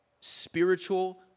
spiritual